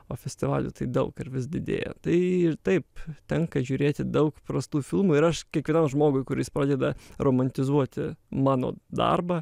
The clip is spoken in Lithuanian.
o festivalių tai daug ir vis didėja tai ir taip tenka žiūrėti daug prastų filmų ir aš kiekvienam žmogui kuris padeda romantizuoti mano darbą